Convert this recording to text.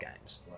games